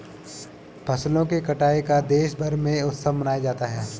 फसलों की कटाई का देशभर में उत्सव मनाया जाता है